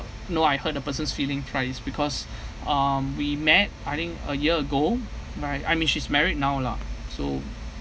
no I hurt the person's feeling thrice because um we met I think a year ago right I mean she's married now lah so